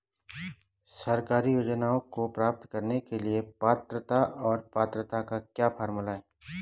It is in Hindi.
सरकारी योजनाओं को प्राप्त करने के लिए पात्रता और पात्रता का क्या फार्मूला है?